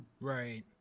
Right